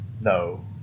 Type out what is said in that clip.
No